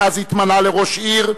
מאז התמנה לראש העיר,